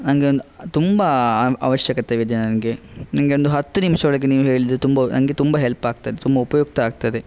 ನಂಗೆ ಒಂದು ತುಂಬ ಅವಶ್ಯಕತೆಯಿದೆ ನನಗೆ ನಿಮಗೆ ಒಂದು ಹತ್ತು ನಿಮಿಷ ಒಳಗೆ ನೀವು ಹೇಳಿದರೆ ತುಂಬ ನಂಗೆ ತುಂಬ ಹೆಲ್ಪಾಗ್ತದೆ ತುಂಬ ಉಪಯುಕ್ತ ಆಗ್ತದೆ